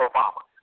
Obama